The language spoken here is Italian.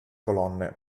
colonne